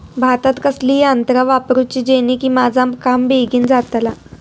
भातात कसली यांत्रा वापरुची जेनेकी माझा काम बेगीन जातला?